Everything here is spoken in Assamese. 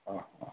অঁ